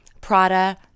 Prada